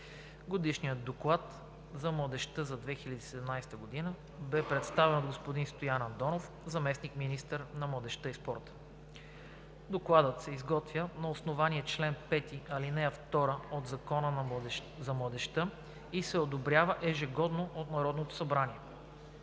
Годишният доклад за младежта за 2017 г. бе представен от господин Стоян Андонов – заместник-министър на младежта и спорта. Докладът се изготвя на основание чл. 5, ал. 2 от Закона за младежта и се одобрява ежегодно от Народното събрание.